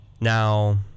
Now